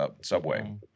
subway